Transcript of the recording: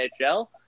NHL